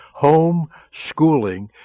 Homeschooling